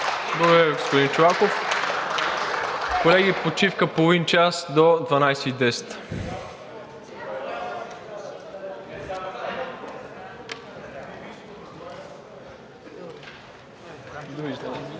Благодаря Ви, господин Чолаков. Колеги, почивка от половин час до 12,10